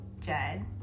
Jed